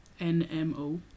NMO